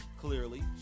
clearly